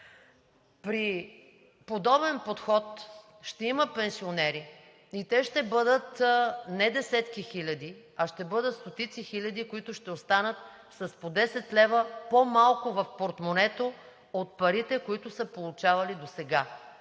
При подобен подход ще има пенсионери и те ще бъдат не десетки хиляди, а ще бъдат стотици хиляди, които ще останат с по 10 лв. по-малко в портмонето от парите, които са получавали досега